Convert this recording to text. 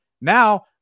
Now